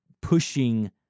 pushing